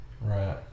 right